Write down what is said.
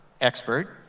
expert